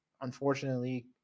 unfortunately